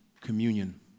communion